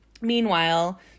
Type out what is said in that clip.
meanwhile